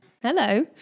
Hello